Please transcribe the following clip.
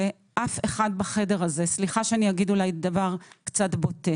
ואף אחד בחדר הזה סליחה שאני אומר דבר קצת בוטה